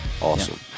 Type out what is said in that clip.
awesome